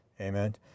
Amen